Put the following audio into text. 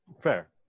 fair